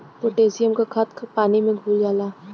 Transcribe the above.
potassium क खाद पानी में घुल जाला